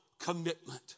commitment